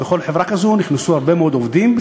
ולכל חברה כזאת נכנסו הרבה מאוד עובדים,